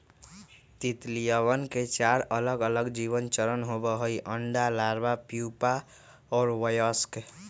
तितलियवन के चार अलगअलग जीवन चरण होबा हई अंडा, लार्वा, प्यूपा और वयस्क